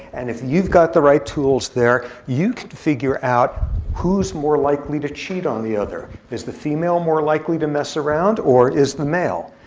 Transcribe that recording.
and if you've got the right tools there, you can figure out who's more likely to cheat on the other. is the female more likely to mess around, or is the male?